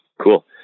Cool